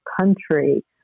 country